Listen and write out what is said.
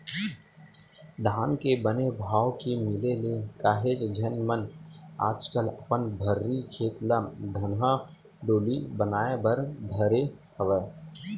धान के बने भाव के मिले ले काहेच झन मन आजकल अपन भर्री खेत ल धनहा डोली बनाए बर धरे हवय